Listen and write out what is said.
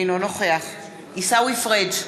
אינו נוכח עיסאווי פריג'